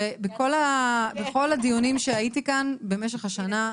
שבכל הדיונים שהייתי כאן במשך השנה,